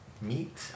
meat